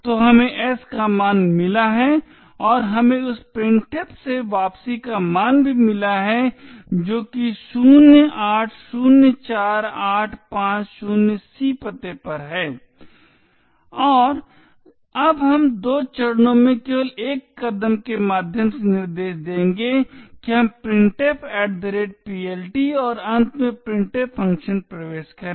तो हमें s का मान मिला है और हमें उस printf से वापसी का मान भी मिला है जो कि 0804850c पते पर है और अब हम दो चरणों में केवल एक कदम के माध्यम से निर्देश देंगे कि हम printf PLT और अंत में printf फंक्शन प्रवेश करें